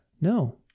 no